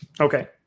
Okay